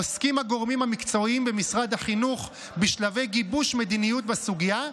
עוסקים הגורמים המקצועיים במשרד החינוך בשלבי גיבוש מדיניות בסוגיה,